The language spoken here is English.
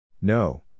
No